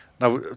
now